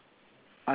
ah yes